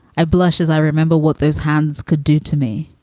i blushes. i remember what those hands could do to me.